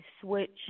switch